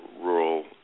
rural